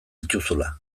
dituzula